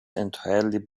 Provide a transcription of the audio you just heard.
entirely